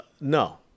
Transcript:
no